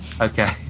Okay